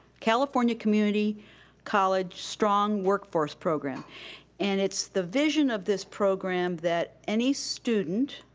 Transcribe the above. california community college strong workforce program and it's the vision of this program that any student